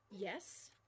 Yes